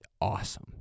awesome